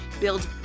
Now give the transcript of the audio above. build